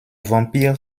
vampire